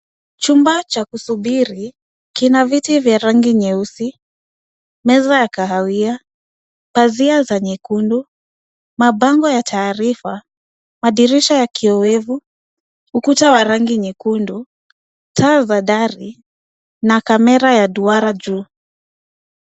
Chumba cha kusubiri kina viti vya rangi nyeusi, meza ya kahawia, pazia za nyekundu, mabango ya taarifa, madirisha ya kiowevu, ukuta wa rangi nyekundu, taa za dari na kamera ya duara juu.